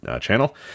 channel